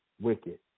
wicked